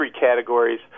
categories